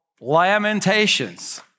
Lamentations